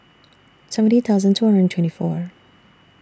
seventy thousand two hundred and twenty four